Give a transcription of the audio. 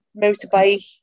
motorbike